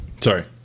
Sorry